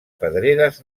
pedreres